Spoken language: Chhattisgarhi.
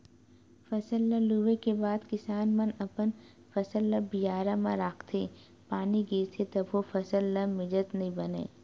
फसल ल लूए के बाद किसान मन अपन फसल ल बियारा म राखथे, पानी गिरथे तभो फसल ल मिजत नइ बनय